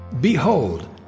Behold